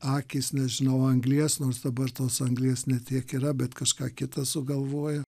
akys nežinau anglies nors dabar tos anglies ne tiek yra bet kažką kita sugalvoja